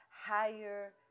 higher